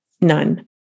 none